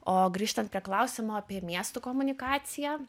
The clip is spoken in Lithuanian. o grįžtant prie klausimo apie miestų komunikaciją